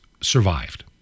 survived